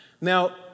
Now